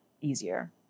easier